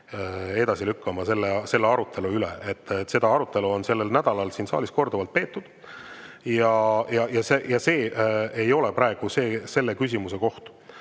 edasi lükkama. Seda arutelu on sellel nädalal siin saalis korduvalt peetud ja see ei ole praegu selle küsimuse koht.